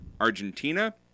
Argentina